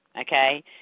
Okay